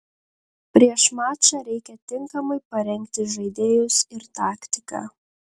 prieš mačą reikia tinkamai parengti žaidėjus ir taktiką